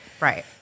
Right